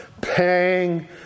pang